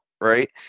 right